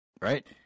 right